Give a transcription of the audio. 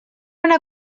una